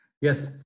Yes